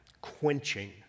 quenching